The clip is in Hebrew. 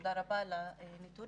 ותודה רבה על הנתונים,